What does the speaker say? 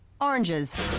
oranges